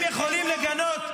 אתם יכולים לגנות?